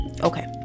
okay